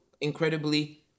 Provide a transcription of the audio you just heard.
incredibly